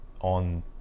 on